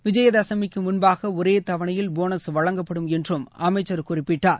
விஜயதசமிக்கு முன்பாக ஒரே தவணையில் போனஸ் வழங்கப்படும் என்றும் அமைச்சர் குறிப்பிட்டார்